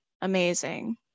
Amazing